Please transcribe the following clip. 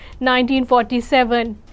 1947